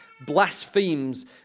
blasphemes